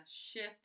shift